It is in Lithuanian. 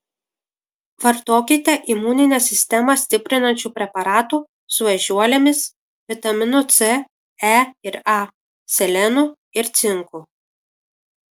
vartokite imuninę sistemą stiprinančių preparatų su ežiuolėmis vitaminu c e ir a selenu ir cinku